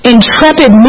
Intrepid